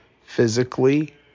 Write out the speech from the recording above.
physically